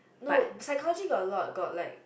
no psychology got a lot got like